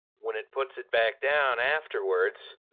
when it puts it back down afterwards,